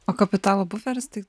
o kapitalo buferis tai